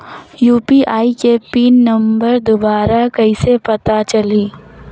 UPI के PIN number दुबारा कइसे पता चलही?